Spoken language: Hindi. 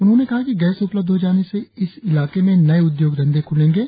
उनुहोंने कहा कि गैस उपलब्ध हो जाने से इस इलाके में नए उद्योग धंधे ख्लेंगे